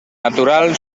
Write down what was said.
natural